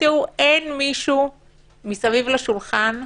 אין מישהו מסביב השולחן,